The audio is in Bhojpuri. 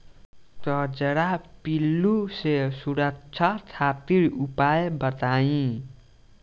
कजरा पिल्लू से सुरक्षा खातिर उपाय बताई?